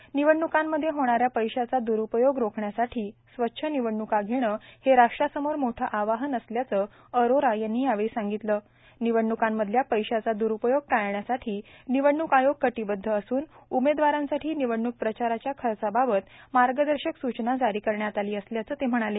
र्निवडणूकांमध्ये होणाऱ्या पैशाचा द्ररुपयोग रोखण्यासाठी स्वच्छ निवडण्का घेणं हे राष्ट्रासमोर मोठं आव्हान असल्याचं अरोरा यांनी या वेळी सांगितलं निवडणुकांमधल्या पैशाचा द्रुपयोग टाळण्यासाठो र्निवडणूक आयोग कटोंबद्व असून उमेदवारांसाठो र्निवडणूक प्रचाराच्या खचाबाबत मागदशक सूचना जारां करण्यात आलां असल्याचं ते म्हणाले